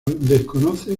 desconoce